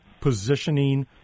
positioning